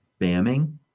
spamming